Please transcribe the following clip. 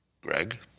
Greg